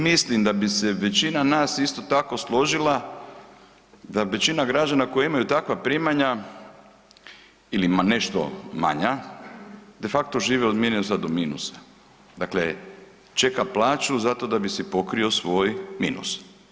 Mislim da bi se većina nas isto tako složila da većina građana koji imaju takva primanja ili ima nešto manja de facto žive od minusa do minusa, dakle čeka plaću da bi si pokrio svoj minus.